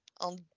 on